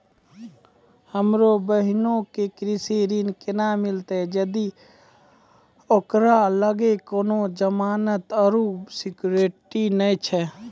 हमरो बहिनो के कृषि ऋण केना मिलतै जदि ओकरा लगां कोनो जमानत आरु सिक्योरिटी नै छै?